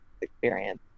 experience